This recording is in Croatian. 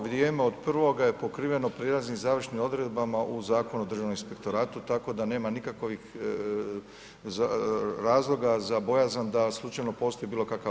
Ovo vrijeme od prvoga je pokriveno prijelaznim i završnim odredbama u Zakonu o Državnom inspektoratu, tako da nema nikakvih razloga za bojazan da slučajno postoji bilo kakav